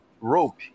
Rope